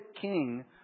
king